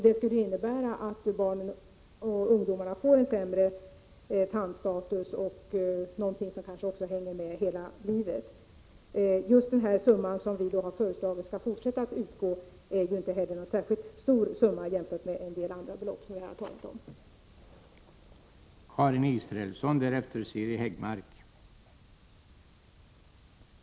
Det skulle innebära att barn och ungdomar får en sämre tandstatus, och det påverkar dem kanske hela livet. Just det belopp som vi har föreslagit skall fortsätta att utgå är inte särskilt stort, jämfört med en del andra belopp som vi här har talat om.